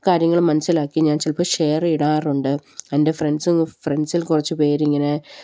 കാര്യങ്ങള് മനസ്സിലാക്കി ഞാൻ ചിലപ്പോള് ഷെയര് ചെയ്യാറുണ്ട് എൻ്റെ ഫ്രണ്ട്സിൽ കുറച്ച് പേരിങ്ങനെ